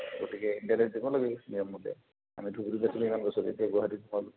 গতিকে লাগে নিয়মমতে আমি গুৱাহাটীত